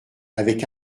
avec